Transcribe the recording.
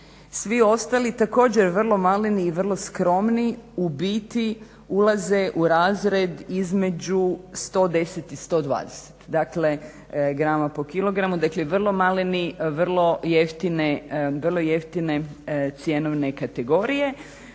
Svi ostali također vrlo maleni i vrlo skromni u biti ulaze u razred između 110 i 120 g/kg. Dakle vrlo maleni, vrlo jeftine cjenovne kategorije